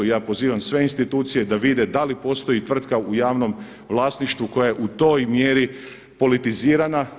Ja pozivam sve institucije da vide da li postoji tvrtka u javnom vlasništvu koja je u toj mjeri politizirana.